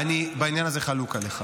אני בעניין הזה חלוק עליך.